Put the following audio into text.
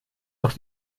noch